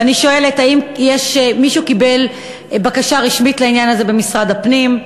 ואני שואלת: 1. האם מישהו קיבל בקשה רשמית לעניין הזה במשרד הפנים?